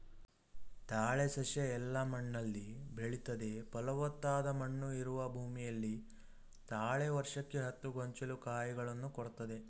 ತಾಳೆ ಸಸ್ಯ ಎಲ್ಲ ಮಣ್ಣಲ್ಲಿ ಬೆಳಿತದೆ ಫಲವತ್ತಾದ ಮಣ್ಣು ಇರುವ ಭೂಮಿಯಲ್ಲಿ ತಾಳೆ ವರ್ಷಕ್ಕೆ ಹತ್ತು ಗೊಂಚಲು ಕಾಯಿಗಳನ್ನು ಕೊಡ್ತದೆ